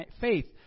faith